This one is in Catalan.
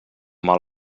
mal